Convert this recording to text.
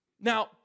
Now